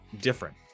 different